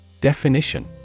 Definition